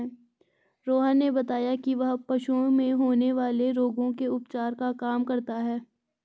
रोहन ने बताया कि वह पशुओं में होने वाले रोगों के उपचार का काम करता है